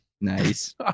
nice